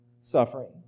suffering